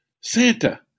Santa